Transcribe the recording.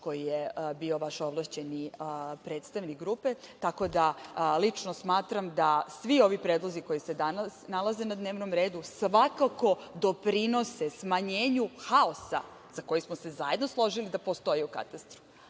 koje je bio vaš ovlašćeni predstavnik grupe. Tako da lično smatram da svi ovi predlozi koji se danas nalaze na dnevnom redu svakako doprinose smanjenju haosa za koji smo se zajedno složili da postoji u katastru,